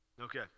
Okay